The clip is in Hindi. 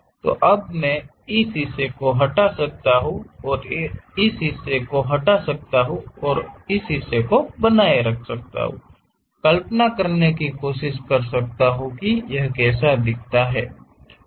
तो अब मैं इस हिस्से को हटा सकता हूं और इस हिस्से को हटा सकता हूं और इस हिस्से को बनाए रख सकता हूं कल्पना करने की कोशिश कर सकता हूं कि यह कैसा दिखता है